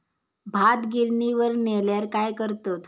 भात गिर्निवर नेल्यार काय करतत?